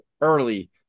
early